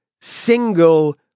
single